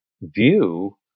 view